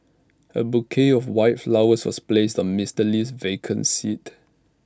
A bouquet of white flowers was placed on Mister Lee's vacant seat